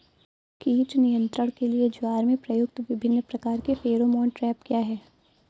कीट नियंत्रण के लिए ज्वार में प्रयुक्त विभिन्न प्रकार के फेरोमोन ट्रैप क्या है?